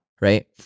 Right